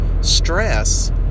stress